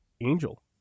Angel